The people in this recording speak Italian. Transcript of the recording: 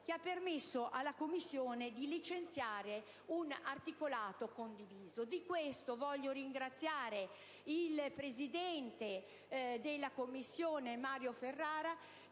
che ha permesso alla Commissione di licenziare un articolato condiviso. Di questo intendo ringraziare il vice presidente della Commissione, senatore Ferrara,